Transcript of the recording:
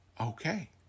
Okay